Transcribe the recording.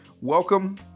welcome